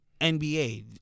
nba